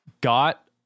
got